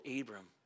Abram